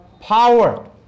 power